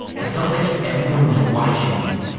i felt like everyone was watching me.